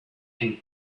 and